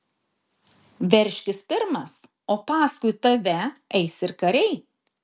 veržkis pirmas o paskui tave eis ir kariai